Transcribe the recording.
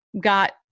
got